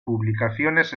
publicaciones